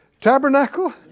tabernacle